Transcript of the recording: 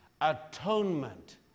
atonement